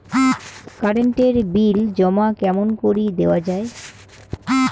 Current এর bill জমা কেমন করি দেওয়া যায়?